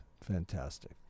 fantastic